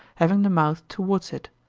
having the mouth towards it.